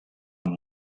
amb